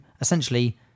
essentially